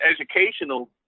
educational